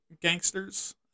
gangsters